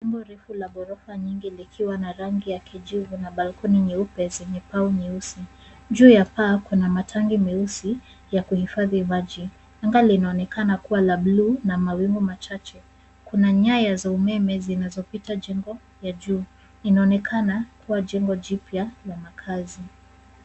Jengo refu la ghorofa nyingi likiwa na rangi ya kijivu na balcony nyeupe zenye pau nyeusi. Juu ya paa kuna matangi meusi ya kuhifadhi maji. Anga linaonekana kuwa la bluu na mawingu machache. Kuna nyaya za umeme zinazopita jengo ya juu. Inaonekana kuwa jengo jipya la makazi.